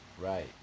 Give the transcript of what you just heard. Right